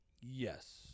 Yes